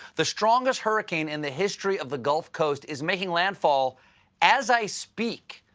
the strongest hurricane in the history of the gulf coast is making landfall as i speak.